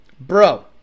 Bro